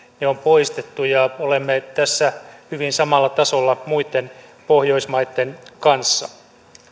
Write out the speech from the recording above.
on poistettu ja olemme tässä hyvin samalla tasolla muitten pohjoismaitten kanssa